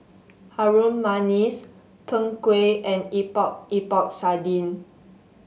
Harum Manis Png Kueh and Epok Epok Sardin